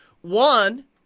One